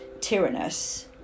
tyrannous